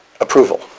approval